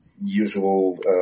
usual